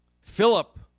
Philip